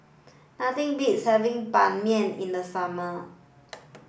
nothing beats having Ban Mian in the summer